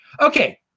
Okay